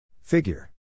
Figure